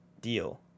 deal